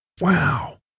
Wow